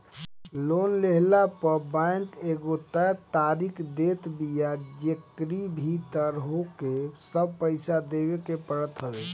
loan लेहला पअ bank एगो तय तारीख देत बिया जेकरी भीतर होहके सब पईसा देवे के पड़त हवे